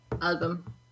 album